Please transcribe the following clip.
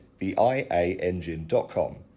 theiaengine.com